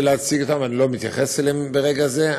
להציג אותם ואני לא מתייחס אליהם ברגע זה,